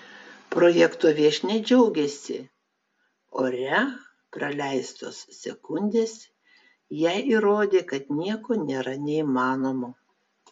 projekto viešnia džiaugėsi ore praleistos sekundės jai įrodė kad nieko nėra neįmanomo